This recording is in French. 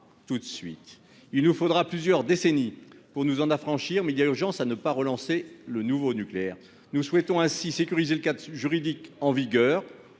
existant. Il nous faudra plusieurs décennies pour nous en affranchir, mais il est primordial de ne pas relancer du « nouveau » nucléaire. Nous souhaitons donc sécuriser le cadre juridique en vigueur,